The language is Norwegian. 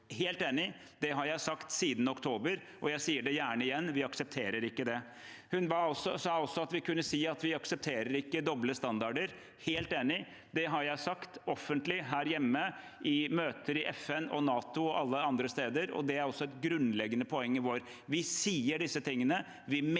helt enig. Det har jeg sagt siden oktober, og jeg sier det gjerne igjen: Vi aksepterer ikke det. Hun sa også at vi kunne si at vi ikke aksepterer doble standarder. Jeg er helt enig, og det har jeg sagt offentlig her hjemme og i møter i FN, NATO og alle andre steder. Det er også et grunnleggende poeng. Vi sier disse tingene, vi mener